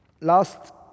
Last